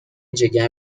جگر